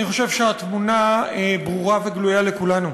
אני חושב שהתמונה ברורה וגלויה לכולנו: